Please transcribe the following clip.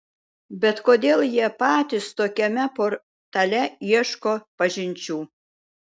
bet kodėl jie patys tokiame portale ieško pažinčių